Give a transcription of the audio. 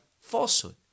falsehood